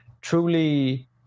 truly